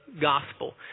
gospel